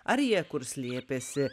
ar jie kur slėpėsi